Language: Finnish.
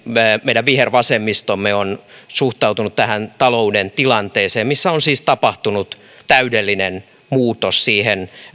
meidän vihervasemmistomme on suhtautunut tähän talouden tilanteeseen missä on siis tapahtunut täydellinen muutos siihen